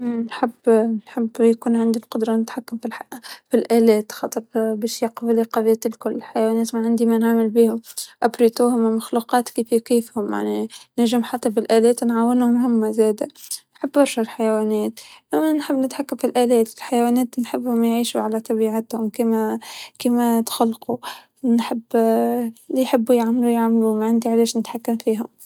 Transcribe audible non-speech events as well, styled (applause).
ما قد فكرت بهاي القصة من جبل لكن أعتقد إنه التحكم بالحيوانات هذي قدرة غريبة وراح أرجعها لنفسي، (hesitation) لكن التحكم بالآلات (hesitation) أصلا ال-الإنسان عموما إحنا البشرة بنتحكم بالآلات يعني ما في شي جديد إحنا نتحكم فيها لكن الحيوانات هادي جديدة.